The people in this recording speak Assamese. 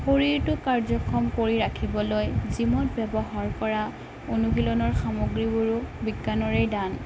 শৰীৰটো কাৰ্যক্ষম কৰি ৰাখিবলৈ জীমত ব্যৱহাৰ কৰা অনুশীলনৰ সামগ্ৰীবোৰো বিজ্ঞানৰেই দান